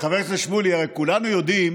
חבר הכנסת שמולי, הרי כולנו יודעים